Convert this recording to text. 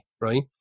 right